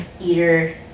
eater